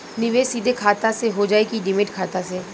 निवेश सीधे खाता से होजाई कि डिमेट खाता से?